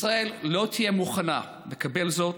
ישראל לא תהיה מוכנה לקבל זאת,